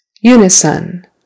unison